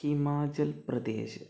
Himachal Pradesh